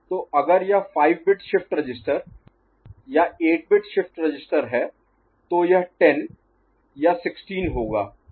तो अगर यह 5 बिट शिफ्ट रजिस्टर या 8 बिट शिफ्ट रजिस्टर है तो यह 10 या 16 होगा